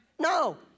No